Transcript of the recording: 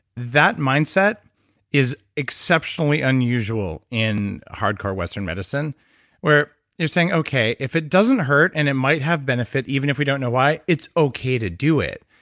that mindset is exceptionally unusual in hardcore western medicine where you're saying, okay. if it doesn't hurt and it might have benefit, even if we don't know why, it's okay to do it.